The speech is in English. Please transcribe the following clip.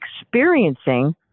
experiencing